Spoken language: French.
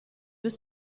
deux